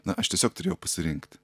na aš tiesiog turėjau pasirinkti